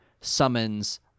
summons